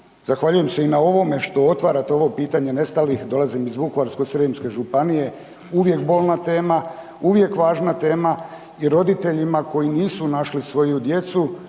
Zahvaljujem se i na ovom što otvarate ovo pitanje nestalih, dolazim iz Vukovarsko-srijemske županije uvijek bolna tema, uvijek važna tema i roditeljima koji nisu našli svoju djecu